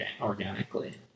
organically